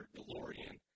DeLorean